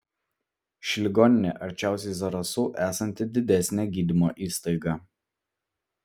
ši ligoninė arčiausiai zarasų esanti didesnė gydymo įstaiga